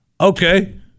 Okay